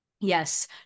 yes